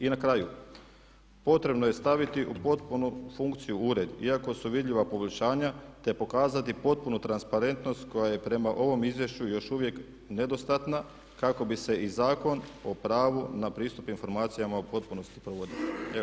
I na kraju, potrebno je staviti u potpunu funkciju ured iako su vidljiva poboljšanja te pokazati potpunu transparentnost koja je prema ovom izvješću još uvijek nedostatna kako bi se i Zakon o pravu na pristup informacijama u potpunosti provodio.